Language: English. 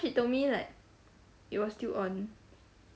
she told me like it was still on